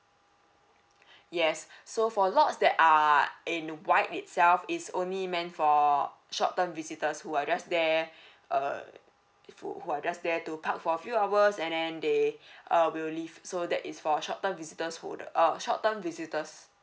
yes so for lots that are in white itself is only meant for short term visitors who are just there err who are just there to park for few hours and then they uh will leave so that is for short term visitors who the err short term visitors